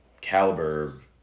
caliber